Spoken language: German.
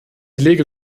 lege